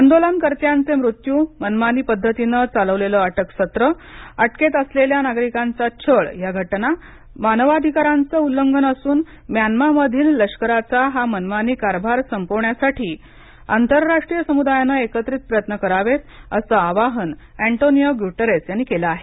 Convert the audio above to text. आंदोलनकर्त्यांचे मृत्यू मनमानी पद्धतीनं चालवलेलं अटकसत्र अटकेत असलेल्या नागरिकांचा छळ या घटना मानवाधिकारांचं उल्लंघन असून म्यान्मामधील लष्कराचा हा मनमानी कारभार संपवण्यासाठी आंतरराष्ट्रीय समुदायानं एकत्रित प्रयत्न करावेत असं आवाहन एन्टोनिओ ग्युटेरस यांनी केलं आहे